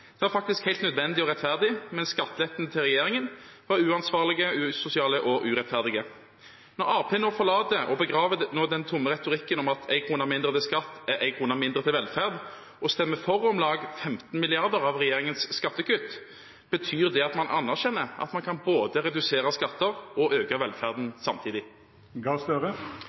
Det var faktisk helt nødvendig og rettferdig, mens skatteletten til regjeringen var uansvarlig, usosial og urettferdig. Når Arbeiderpartiet nå forlater og begraver den tomme retorikken om at 1 kr mindre i skatt er 1 kr mindre til velferd, og stemmer for om lag 15 mrd. kr av regjeringens skattekutt, betyr det at man anerkjenner at man kan redusere skatter og øke velferden